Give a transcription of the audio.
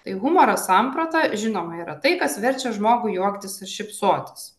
tai humoro samprata žinoma yra tai kas verčia žmogų juoktis šypsotis